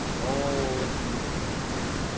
oh let me move on here